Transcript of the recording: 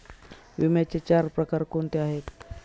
विम्याचे चार प्रकार कोणते आहेत?